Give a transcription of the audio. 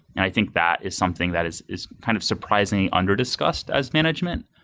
i think that is something that is is kind of surprising under discussed as management.